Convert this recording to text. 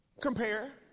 compare